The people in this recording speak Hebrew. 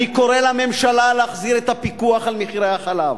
אני קורא לממשלה להחזיר את הפיקוח על מחירי החלב.